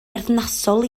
berthnasol